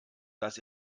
dass